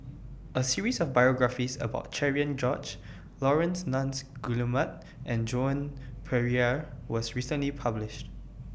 A series of biographies about Cherian George Laurence Nunns Guillemard and Joan Pereira was recently published